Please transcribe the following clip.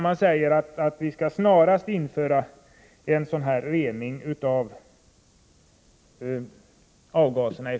Man säger att vi snarast skall införa en rening av bilavgaserna.